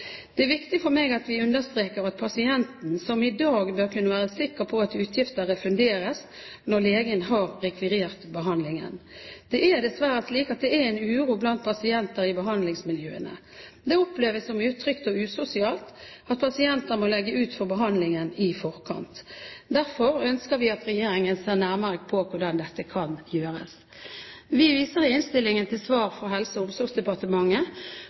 Det er viktig for meg at vi understreker at pasienten, som i dag, bør kunne være sikker på at utgifter refunderes når legen har rekvirert behandlingen. Det er dessverre slik at det er en uro blant pasienter i behandlingsmiljøene. Det oppleves som utrygt og usosialt at pasienter må legge ut for behandlingen i forkant. Derfor ønsker vi at regjeringen ser nærmere på hvordan dette kan gjøres. Vi viser i innstillingen til svar fra Helse- og omsorgsdepartementet